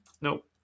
Nope